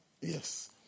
Yes